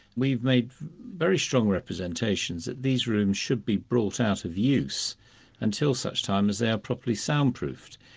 we've made very strong representations that these rooms should be brought out of use until such time as they are properly soundproofed.